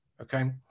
okay